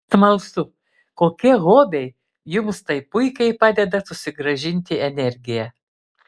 smalsu kokie hobiai jums taip puikiai padeda susigrąžinti energiją